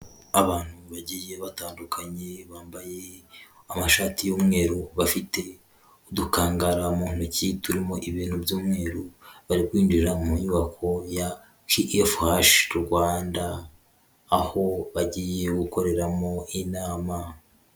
Abantu bagiye batandukanye, bambaye amashati y'umweru, bafite udukangara mu ntoki, turimo ibintu by'umweru, bari kwinjira mu nyubako ya KFH Rwanda, aho bagiye gukoreramo inama.